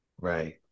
right